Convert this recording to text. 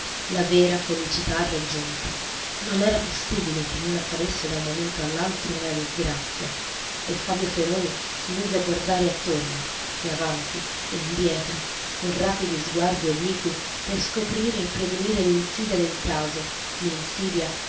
la vera felicità raggiunta non era possibile che non accadesse da un momento all'altro una disgrazia e fabio feroni si mise a guardare attorno e avanti e indietro con rapidi sguardi obliqui per scoprire e prevenir l'insidia del caso l'insidia